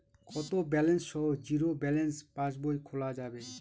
কত ব্যালেন্স সহ zero balance পাসবই খোলা যাবে?